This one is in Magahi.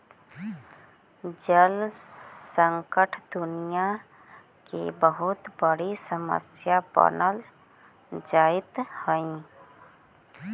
जल संकट दुनियां के बहुत बड़ी समस्या बनल जाइत हई